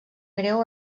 greu